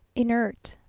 inert,